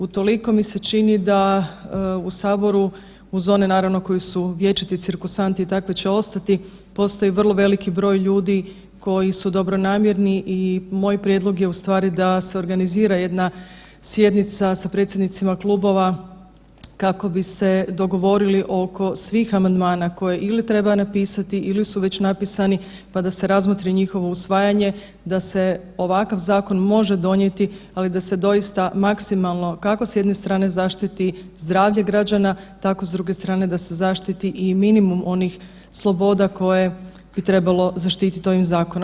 Utoliko mi se čini da u saboru uz one naravno koji su vječiti cirkusanti i takvi će ostati, postoji vrlo veliki broj ljudi koji su dobronamjerni i moj prijedlog je u stvari da se organizira jedna sjednica sa predsjednicima klubova kako bi se dogovorili oko svih amandmana koje ili treba napisati ili su već napisani, pa da se razmotri njihovo usvajanje da se ovakav zakon može donijeti, ali da se doista maksimalno kako s jedne strane zaštiti zdravlje građana, tako s druge strane da se zaštiti i minimum onih sloboda koje bi trebalo zaštitit ovim zakonom.